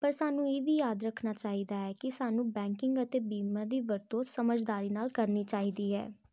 ਪਰ ਸਾਨੂੰ ਇਹ ਵੀ ਯਾਦ ਰੱਖਣਾ ਚਾਹੀਦਾ ਹੈ ਕਿ ਸਾਨੂੰ ਬੈਂਕਿੰਗ ਅਤੇ ਬੀਮਾ ਦੀ ਵਰਤੋਂ ਸਮਝਦਾਰੀ ਨਾਲ ਕਰਨੀ ਚਾਹੀਦੀ ਹੈ